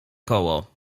koło